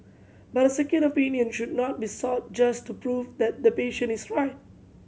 but a second opinion should not be sought just to prove that the patient is right